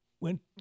went